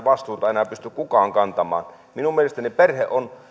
vastuuta enää pysty kukaan kantamaan minun mielestäni perhe on